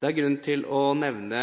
Det er grunn til å nevne